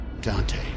Dante